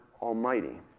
Almighty